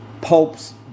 popes